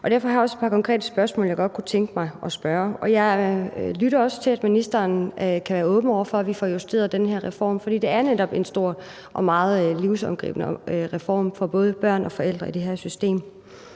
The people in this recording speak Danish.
Derfor har jeg også et par konkrete spørgsmål, jeg godt kunne tænke mig at stille. Jeg hører også, at ministeren er åben over for, at vi får justeret den her reform, for det er netop en stor og meget livsindgribende reform for både børn og forældre i det her system.